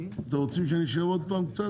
אתם רוצים שנישאר עוד פעם קצת?